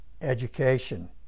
education